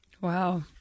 Wow